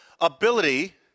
ability